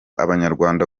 abanyarwanda